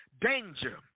danger